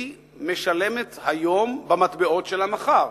משלמת היום במטבעות של המחר.